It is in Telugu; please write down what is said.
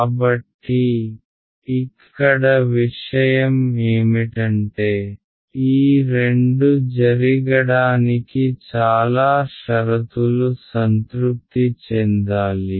కాబట్టిఇక్కడ విషయం ఏమిటంటే ఈ రెండు జరిగడానికి చాలా షరతులు సంతృప్తి చెందాలి